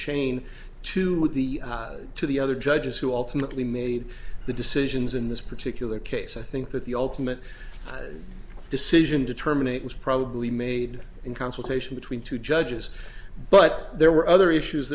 chain to the to the other judges who alternately made the decisions in this particular case i think that the ultimate decision to terminate was probably made in consultation between two judges but there were other issues